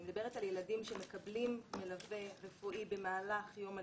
אני מדברת על ילדים שמקבלים מלווה רפואי במהלך יום הלימודים.